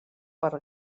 per